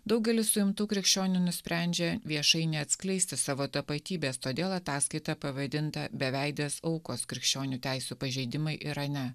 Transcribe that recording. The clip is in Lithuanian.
daugelis suimtų krikščionių nusprendžia viešai neatskleisti savo tapatybės todėl ataskaita pavadinta beveidės aukos krikščionių teisių pažeidimai irane